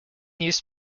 news